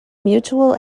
mutual